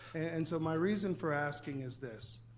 and so my reason for asking is this,